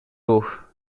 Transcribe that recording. ruch